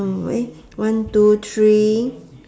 eh one two three